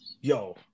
yo